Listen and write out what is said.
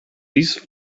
these